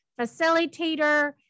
facilitator